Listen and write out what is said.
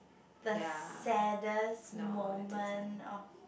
the saddest moment of